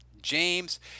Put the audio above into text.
James